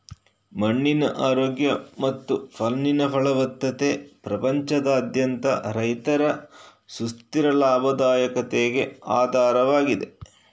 ಮಣ್ಣಿನ ಆರೋಗ್ಯ ಮತ್ತು ಮಣ್ಣಿನ ಫಲವತ್ತತೆ ಪ್ರಪಂಚದಾದ್ಯಂತ ರೈತರ ಸುಸ್ಥಿರ ಲಾಭದಾಯಕತೆಗೆ ಆಧಾರವಾಗಿದೆ